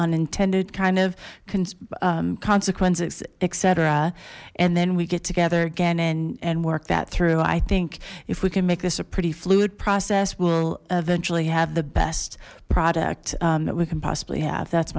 unintended kind of consequences etc and then we get together again and work that through i think if we can make this a pretty fluid process we'll eventually have the best product that we can possibly have that's